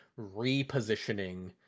repositioning